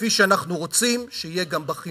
כפי שאנחנו רוצים שיהיה גם בחינוך,